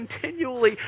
continually